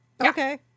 Okay